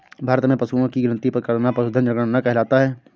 भारत में पशुओं की गिनती करना पशुधन जनगणना कहलाता है